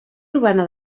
urbana